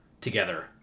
together